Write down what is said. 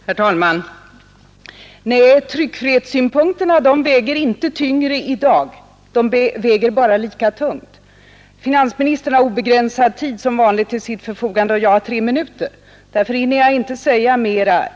Herr talman! Nej, tryckfrihetssynpunkterna väger inte tyngre i dag — de väger bara lika tungt. Finansministern har som vanligt obegränsad tid till sitt förfogande och jag har tre minuter. Därför hinner jag inte säga så mycket mer om detta.